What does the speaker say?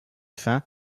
fin